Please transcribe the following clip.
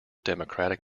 democratic